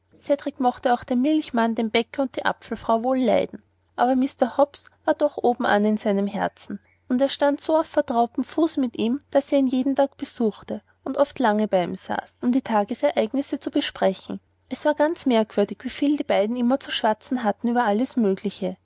mochte auch den milchmann den bäcker und die apfelfrau wohl leiden aber mr hobbs war doch obenan in seinem herzen und er stand auf so vertrautem fuße mit ihm daß er ihn jeden tag besuchte und oft lange bei ihm saß um die tagesereignisse zu besprechen es war ganz merkwürdig wieviel die beiden immer zu schwatzen hatten über alles mögliche